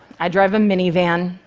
i drive a minivan,